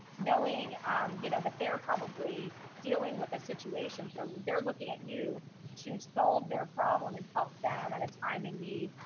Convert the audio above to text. knowing you know, that they're probably dealing with a situation. so they're looking at you to solve their problem and help them at a time in need.